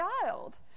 child